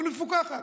אבל מפוקחת.